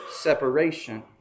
separation